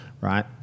right